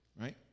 right